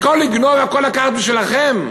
הכול לגנוב והכול לקחת בשבילכם?